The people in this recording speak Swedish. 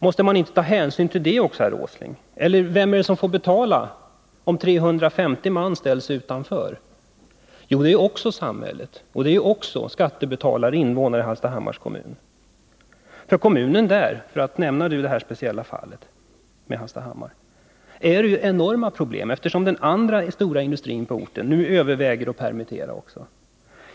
Måste man inte ta hänsyn till det också, herr Åsling? Eller vem är det som får betala om 350 man ställs utanför? Jo, det är också samhället — skattebetalarna och invånarna i Hallstahammars kommun. Hallstahammars kommun =— för att nu ta detta speciella fall — har enorma problem, eftersom den andra stora industrin på orten nu också överväger att permittera.